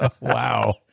Wow